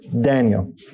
Daniel